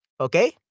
Okay